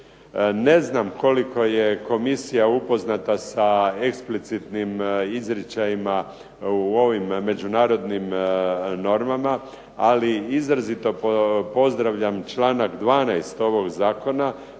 Ne znam koliko je komisija upoznata sa eksplicitnim izričajima u ovim međunarodnim normama, ali izrazito pozdravljam članak 12. ovog Zakona